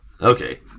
Okay